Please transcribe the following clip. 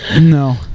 No